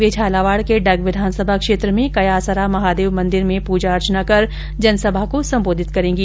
वे झालावाड के डग विधानसभा क्षेत्र में कयासरा महादेव मंदिर में पृजा अर्चना कर जन सभा को संबोधित करेंगी